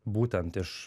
būtent iš